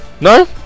No